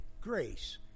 grace